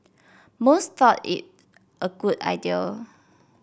most thought it a good idea